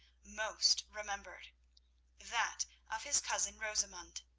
most remembered that of his cousin rosamund.